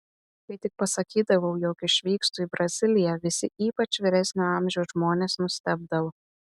kai tik pasakydavau jog išvykstu į braziliją visi ypač vyresnio amžiaus žmonės nustebdavo